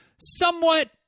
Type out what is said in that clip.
Somewhat